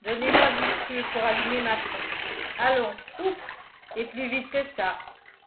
donnez-moi du feu pour allumer ma pipe allons houp et plus vite que ça